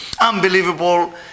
Unbelievable